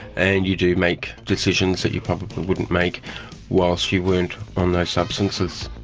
and you do make decisions that you probably wouldn't make whilst you weren't on those substances.